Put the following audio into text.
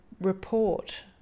report